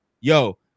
yo